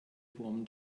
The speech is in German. wurm